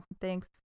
thanks